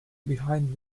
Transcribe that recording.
behind